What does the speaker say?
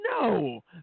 No